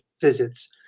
visits